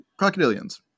crocodilians